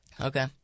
Okay